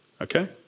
okay